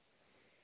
इतने दे दो